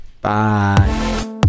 Bye